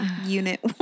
unit